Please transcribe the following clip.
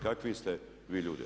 Kakvi ste vi ljudi?